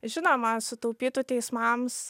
žinoma sutaupytų teismams